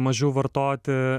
mažiau vartoti